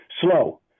slow